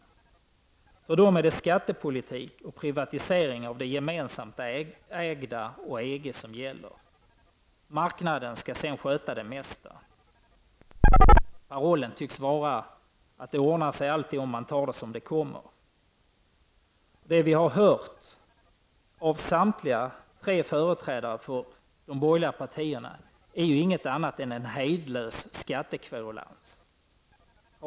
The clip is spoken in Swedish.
För de borgerliga partierna är det skattepolitik och privatisering av det gemensamt ägda och EG som gäller. Marknaden skall sedan sköta det mesta. Parollen tycks vara att det ordnar sig alltid om man tar det som det kommer. Det vi har hört av samtliga tre företrädare för de borgerliga partierna är inget annat än en hejdlös skattekverulans.